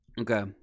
Okay